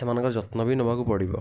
ସେମାନଙ୍କ ଯତ୍ନ ବି ନେବାକୁ ପଡ଼ିବ